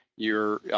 your